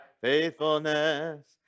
faithfulness